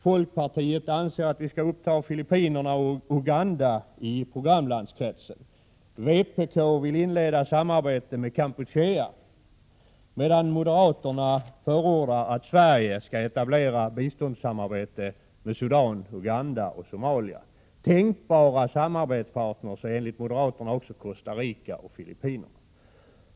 Folkpartiet anser att vi skall uppta Filippinerna och Uganda i programlandskretsen. Vpk vill inleda samarbete med Kampuchea, medan moderaterna förordar att Sverige skall etablera biståndssamarbete med Sudan, Uganda och Somalia. Tänkbara samarbetspartner enligt moderaterna är också Costa Rica och Filippinerna.